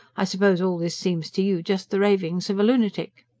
i suppose all this seems to you just the raving of a lunatic?